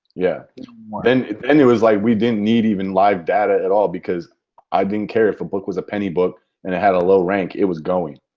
yeah then and it was like we didn't need even live data at all because i didn't care if a book was a penny book and it had a low rank, it was going.